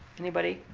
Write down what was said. anybody?